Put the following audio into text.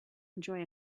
enjoy